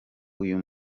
uyu